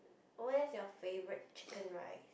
where's you favorite chicken rice